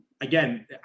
again